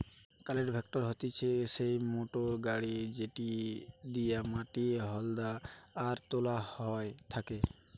cultivator হতিছে সেই motor গাড়ি যেটি দিয়া মাটি হুদা আর তোলা হয় থাকে